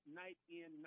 night-in